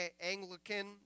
Anglican